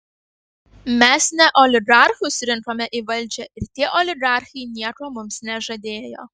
mes ne oligarchus rinkome į valdžią ir tie oligarchai nieko mums nežadėjo